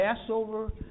Passover